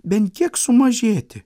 bent kiek sumažėti